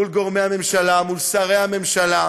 מול גורמי הממשלה, מול שרי הממשלה,